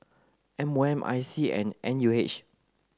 M O M I C and N U H